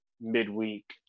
midweek